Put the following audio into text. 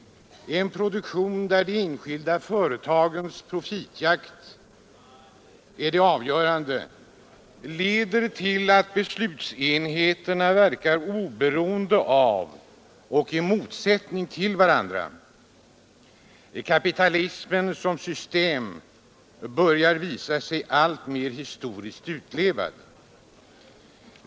En produktion där de enskilda företagens profitjakt är det avgörande leder till att beslutsenheterna verkar oberoende av och i motsättning till varandra. Kapitalismen som system börjar visa sig alltmera historiskt utlevad.